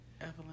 Evelyn